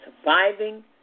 Surviving